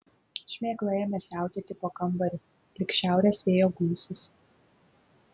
šmėkla ėmė siautėti po kambarį lyg šiaurės vėjo gūsis